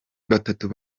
batatu